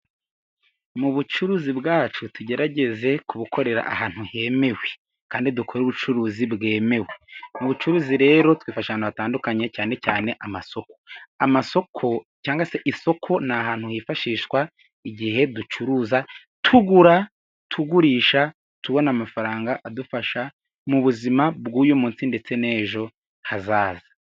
Mu bucuruzi bwacu, tugerageze kubukorera ahantu hemewe, kandi dukore ubucuruzi bwemewe. Mu bucuruzi rero twifasha ahantu hatandukanye, cyane cyane amasoko. Amasoko cyangwa se isoko ni ahantu hifashishwa igihe ducuruza, tugura, tugurisha, tukabona amafaranga adufasha mu buzima bw'uyu munsi ndetse n'ejo hazaza.